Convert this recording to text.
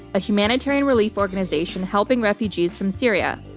a humanitarian relief organization helping refugees from syria.